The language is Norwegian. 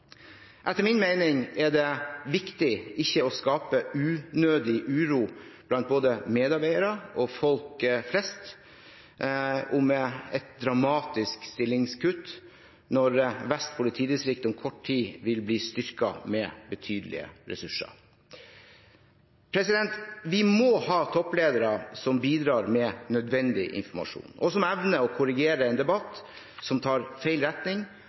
Etter min mening er det viktig ikke å skape unødig uro blant både medarbeidere og folk flest om et dramatisk stillingskutt når Vest politidistrikt om kort tid vil bli styrket med betydelige ressurser. Vi må ha toppledere som bidrar med nødvendig informasjon, og som evner å korrigere en debatt som tar feil retning,